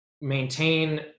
maintain